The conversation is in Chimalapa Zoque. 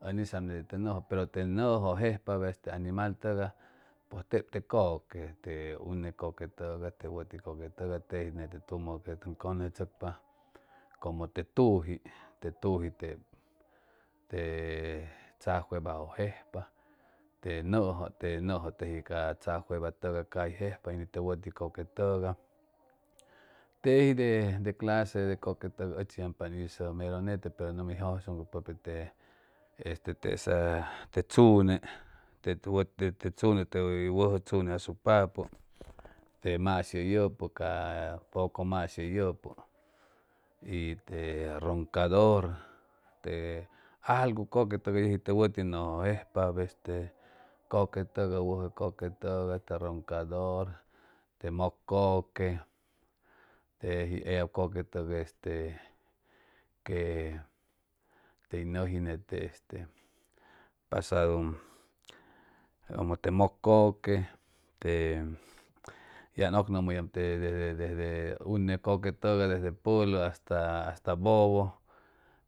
Un isam yete le yojo pero te yojo jejpa animal togay pues telo te coque te une coque togay te wuti coque togay teji yete tumu que engesestocpa como te yoji teyoji tebo e tsa cueva ejj jejpa te yojo te yojo teji ca tsa cueva caji jejpa te wuti coque togay teji de clase de coque togay o'chi yampay iso mero yete pero ny mi 2 pete este tesa te tupo ca poder mashi yupo y te royador te algo coque togay que wuti jejpa este coque togay wuyo coque togay te royador te moc coque teji ellab coque togay que te yoji este pasadu como te moc coque le ya enjymuduyama yete desde une coque togay desde polo asta bobo